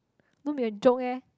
don't be a joke eh